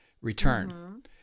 return